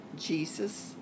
Jesus